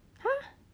!huh!